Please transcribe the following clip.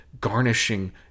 garnishing